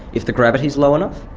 if the gravity is low enough.